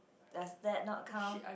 does that not count